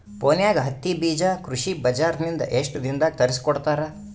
ಫೋನ್ಯಾಗ ಹತ್ತಿ ಬೀಜಾ ಕೃಷಿ ಬಜಾರ ನಿಂದ ಎಷ್ಟ ದಿನದಾಗ ತರಸಿಕೋಡತಾರ?